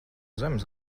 zemes